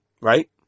right